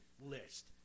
list